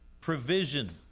provision